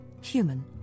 human